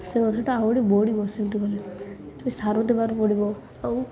ସେ ଗଛଟା ଆହୁରି ବଢ଼ିବ ସେମିତି କଲେ ସେଥିପାଇଁ ସାର ଦେବାକୁ ପଡ଼ିବ ଆଉ